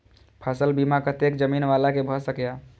फसल बीमा कतेक जमीन वाला के भ सकेया?